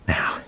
Now